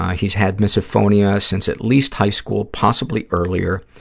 he's had misophonia since at least high school, possibly earlier.